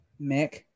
mick